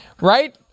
right